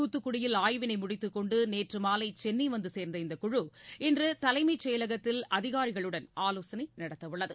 தூத்துக்குடி ஆய்வினை முடித்துக் கொண்டு நேற்று மாலை சென்னை வந்து சேர்ந்த இந்தக் குழு இன்று தலைமைச் செயலகத்தில் அதிகாரிகளுடன் ஆலோசனை நடத்தவுள்ளது